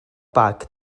bag